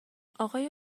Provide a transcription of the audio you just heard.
آقای